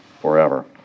forever